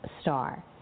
star